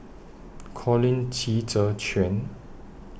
Colin Qi Zhe Quan